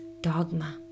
dogma